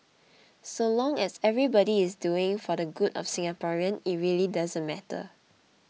so long as everybody is doing for the good of Singaporeans it really doesn't matter